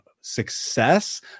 success